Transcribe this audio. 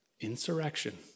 Insurrection